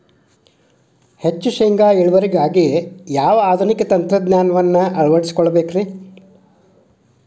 ಹೆಚ್ಚು ಶೇಂಗಾ ಇಳುವರಿಗಾಗಿ ಯಾವ ಆಧುನಿಕ ತಂತ್ರಜ್ಞಾನವನ್ನ ಅಳವಡಿಸಿಕೊಳ್ಳಬೇಕರೇ?